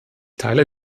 teile